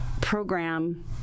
program